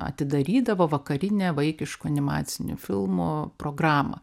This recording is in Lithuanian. atidarydavo vakarinę vaikiškų animacinių filmų programą